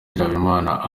habimana